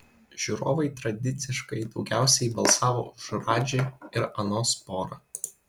žiūrovai tradiciškai daugiausiai balsavo už radži ir anos porą